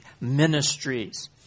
ministries